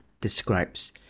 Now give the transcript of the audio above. describes